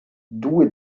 due